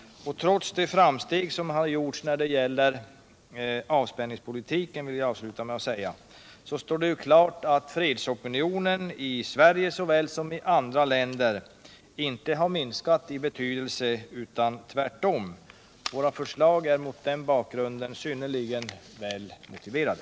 Trots de framsteg som har gjorts när det gäller avspänningspolitiken står det klart att fredsopinionen i Sverige såväl som i andra länder inte har minskat i betydelse utan tvärtom. Våra förslag är mot den bakgrunden synnerligen väl motiverade.